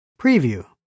Preview